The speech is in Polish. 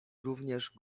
również